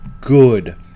good